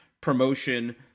promotion